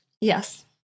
Yes